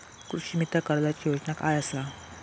कृषीमित्र कर्जाची योजना काय असा?